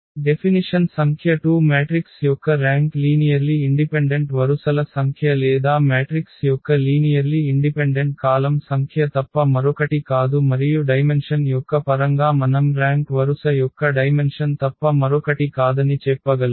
definition సంఖ్య 2 matrix యొక్క rank linearly independent వరుసల సంఖ్య లేదా మ్యాట్రిక్స్ యొక్క లీనియర్లి ఇండిపెండెంట్ కాలమ్ సంఖ్య తప్ప మరొకటి కాదు మరియు డైమెన్షన్ యొక్క పరంగా మనం ర్యాంక్ వరుస యొక్క డైమెన్షన్ తప్ప మరొకటి కాదని చెప్పగలను